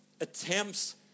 attempts